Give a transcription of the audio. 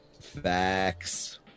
facts